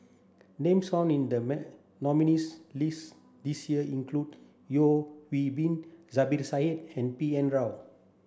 names found in the nominees' list this year include Yeo Hwee Bin Zubir Said and B N Rao